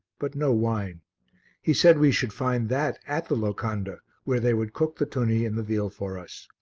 but no wine he said we should find that at the locanda, where they would cook the tunny and the veal for us.